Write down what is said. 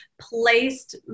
placed